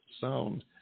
sound